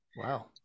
Wow